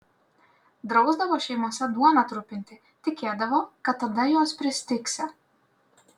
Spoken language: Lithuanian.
drausdavo šeimose duoną trupinti tikėdavo kad tada jos pristigsią